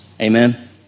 Amen